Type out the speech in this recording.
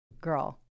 Girl